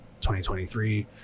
2023